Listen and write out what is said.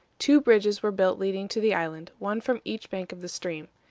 two bridges were built leading to the island, one from each bank of the stream.